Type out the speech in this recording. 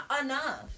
enough